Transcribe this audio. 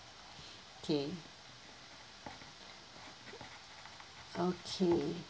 K okay